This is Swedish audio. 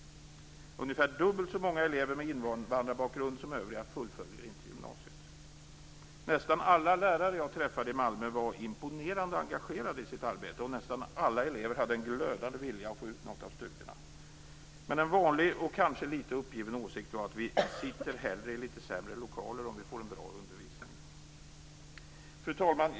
Ungefär dubbelt så många elever med invandrarbakgrund som övriga fullföljer inte gymnasiet. Nästan alla lärare som jag träffade i Malmö var imponerande engagerade i sitt arbete, och nästa alla elever hade en glödande vilja att få ut något av studierna. En vanlig och kanske liten uppgiven åsikt var: Vi sitter hellre i lite sämre lokaler om vi får en bra undervisning. Fru talman!